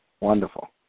Wonderful